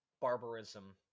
barbarism